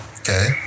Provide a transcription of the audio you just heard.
Okay